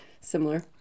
similar